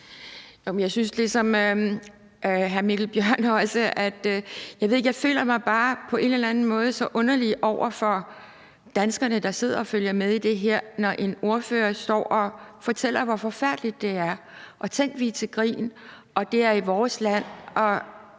Jeg synes ligesom hr. Mikkel Bjørn også, at jeg på en eller anden måde føler mig så underlig over for danskerne, der sidder og følger med i det her, når en ordfører står og fortæller, hvor forfærdeligt det er. Tænk, vi er til grin, og det er i vores land.